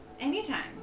Anytime